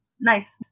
Nice